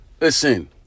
Listen